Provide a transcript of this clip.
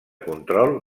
control